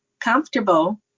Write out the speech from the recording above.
comfortable